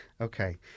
Okay